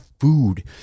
food